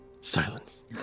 silence